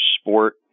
sport